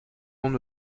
monde